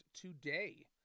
today